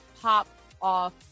pop-off